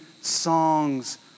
songs